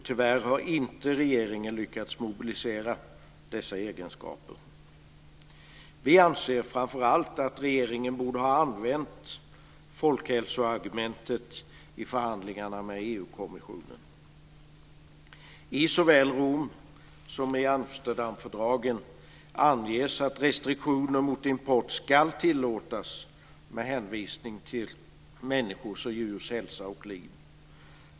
Tyvärr har inte regeringen lyckats mobilisera dessa egenskaper. Vi anser framför allt att regeringen borde ha använt folkhälsoargumentet i förhandlingarna med EU kommissionen. I såväl Romfördraget som i Amsterdamfördraget anges att restriktion mot import ska tillåtas med hänvisning till människors och djurs hälsa och liv.